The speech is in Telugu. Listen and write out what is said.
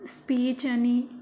స్పీచ్ అని